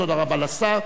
תודה רבה לשר.